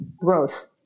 Growth